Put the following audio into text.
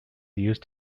used